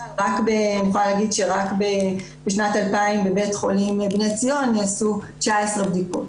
אני יכולה להגיד שרק בשנת 2000 בבית חולים בני ציון נעשו 19 בדיקות.